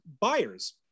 buyers